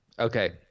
Okay